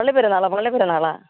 പള്ളിപ്പെരുന്നാള് പള്ളിപ്പെരുന്നാളാണ്